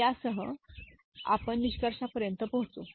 तर यासह आपण निष्कर्षापर्यंत पोहोचू